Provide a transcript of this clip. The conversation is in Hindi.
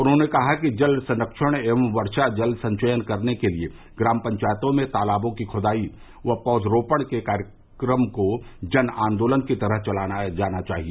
उन्होंने कहा कि जल संरक्षण एवं वर्षा जल संचयन करने के लिये ग्राम पंचायतों में तालाबों की खोदाई व पौध रोपण के कार्यक्रम को जन आन्दोलन की तरह चलाया जाना चाहिए